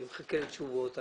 אני מחכה לתשובות.